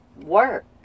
work